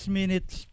minutes